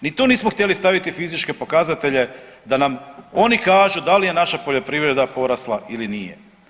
Ni tu nismo htjeli staviti fizičke pokazatelje da nam oni kažu da li je naša poljoprivreda porasla ili nije.